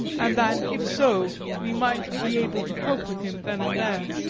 and that if so we might be able to cope with him then and there.